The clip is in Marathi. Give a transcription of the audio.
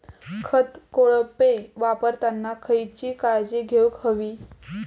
खत कोळपे वापरताना खयची काळजी घेऊक व्हयी?